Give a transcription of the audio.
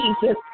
Jesus